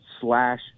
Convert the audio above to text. slash